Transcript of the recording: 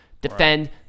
defend